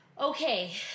Okay